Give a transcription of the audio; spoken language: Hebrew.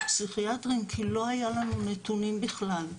הפסיכיאטריים כי לא היה לנו נתונים בכלל,